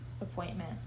appointment